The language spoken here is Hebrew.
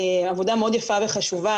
עבודה מאוד יפה וחשובה,